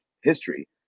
history